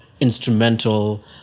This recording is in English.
instrumental